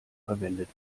verwendet